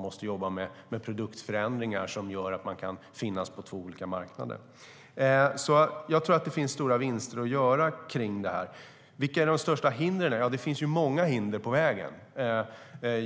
måste jobba med produktförändringar som gör att de kan finnas på två olika marknader kan detta vara skillnaden mellan möjlighet och omöjlighet. Jag tror att det finns stora vinster att göra här. Vilka är de största hindren? Det finns många hinder på vägen.